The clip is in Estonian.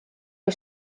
kui